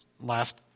last